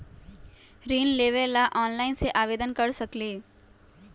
ऋण लेवे ला ऑनलाइन से आवेदन कर सकली?